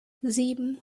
sieben